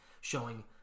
showing